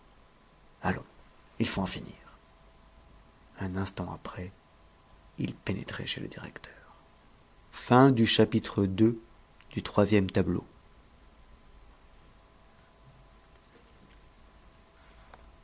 allons il faut en finir un instant après il pénétrait chez le directeur